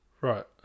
Right